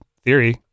theory